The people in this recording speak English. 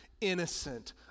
innocent